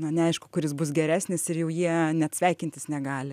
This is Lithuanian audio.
na neaišku kuris bus geresnis ir jau jie net sveikintis negali